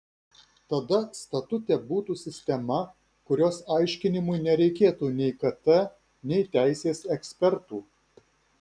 tada statute būtų sistema kurios aiškinimui nereikėtų nei kt nei teisės ekspertų